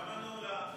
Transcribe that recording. למה נעולה?